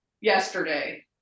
yesterday